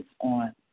on